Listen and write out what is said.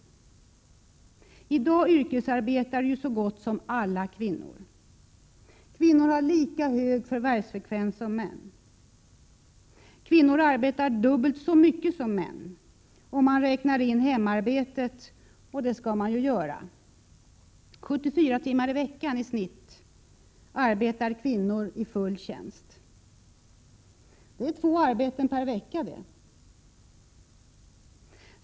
I dag yrkesarbetar ju så gott som alla kvinnor. Kvinnor har lika hög förvärvsfrekvens som män. Kvinnor arbetar dubbelt så mycket som män, om man räknar in hemarbetet, och det skall man ju göra. 74 timmar i veckan i genomsnitt arbetar kvinnor i full tjänst. Det är två arbeten per vecka.